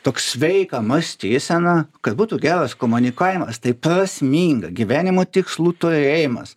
toks sveika mąstysena kad būtų geras komunikavimas tai prasminga gyvenimo tikslų turėjimas